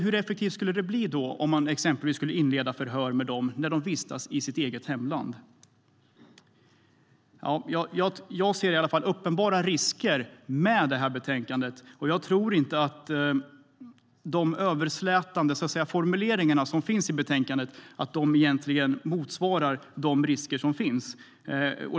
Hur effektivt blir det att inleda förhör med dem när de vistas i sitt eget hemland? Jag ser uppenbara risker med det här förslaget, och jag tror inte att de överslätande formuleringar som finns i betänkandet egentligen motsvarar de risker som finns.